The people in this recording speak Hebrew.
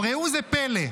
עכשיו ראו זה פלא.